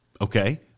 Okay